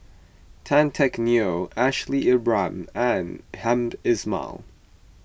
Tan Teck Neo Ashley Isham and Hamed Ismail